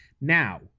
Now